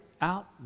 out